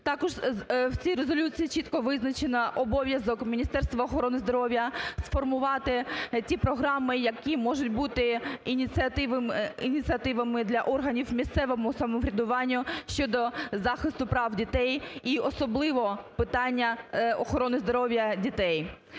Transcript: Також в цій резолюції чітко визначено обов'язок Міністерства охорони здоров'я сформувати ті програми, які можуть бути ініціативами для органів місцевому самоврядуванню щодо захисту прав дітей. І, особливо, питання охорони здоров'я дітей.